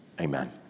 Amen